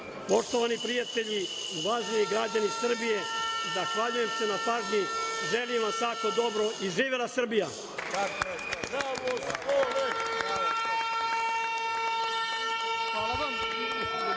sednice. Poštovani prijatelji, uvaženi građani Srbije, zahvaljujem se na pažnji. Želim vam svako dobro i živela Srbija.